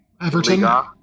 Everton